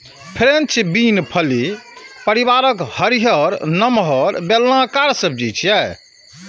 French bean फली परिवारक हरियर, नमहर, बेलनाकार सब्जी छियै